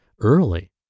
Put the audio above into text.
early